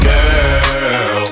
Girl